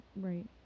Right